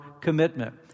commitment